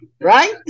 right